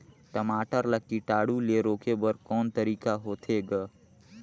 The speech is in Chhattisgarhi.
टमाटर ला कीटाणु ले रोके बर को तरीका होथे ग?